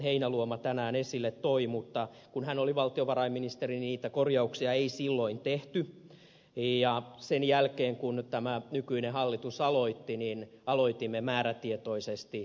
heinäluoma tänään esille toi mutta kun hän oli valtiovarainministeri niitä korjauksia ei silloin tehty ja sen jälkeen kun tämä nykyinen hallitus aloitti aloitimme määrätietoisesti opintotukikokonaisuuden kehittämisen